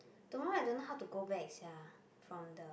don't know I don't know how to go back sia from the